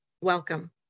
welcome